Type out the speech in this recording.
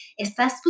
estás